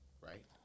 right